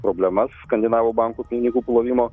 problemas skandinavų bankų pinigų plovimo